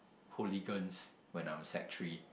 hooligans when I'm sec three